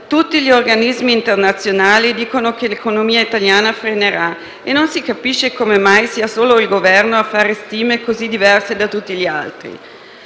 Tutti gli organismi internazionali dicono che l'economia italiana frenerà e non si capisce come mai sia solo il Governo a fare stime così diverse da tutti gli altri.